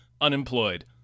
unemployed